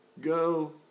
Go